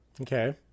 Okay